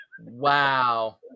wow